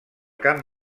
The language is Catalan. camp